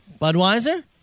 Budweiser